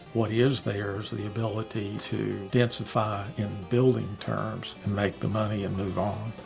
what is there is the ability to densify, in building terms, to make the money and move on.